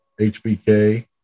HBK